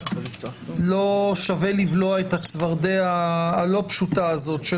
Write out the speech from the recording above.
לא שווה לבלוע את הצפרדע הלא-פשוטה הזאת של